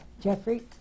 Jeffrey